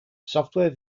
software